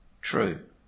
true